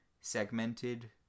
segmented